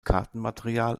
kartenmaterial